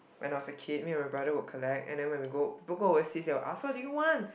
when I was a kid me and my brother would collect and then when we go we'll go overseas they will ask what do you want